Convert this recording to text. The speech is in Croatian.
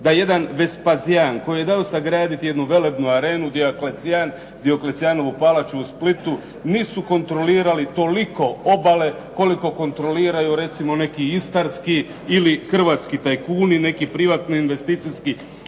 da jedan Vespazijan koji je dao sagraditi jednu velebnu arenu, Dioklecian Dioklecijanovu palaču u Splitu nisu kontrolirali toliko obale koliko kontroliraju recimo neki istarski ili hrvatski tajkuni, neki privatni investicijski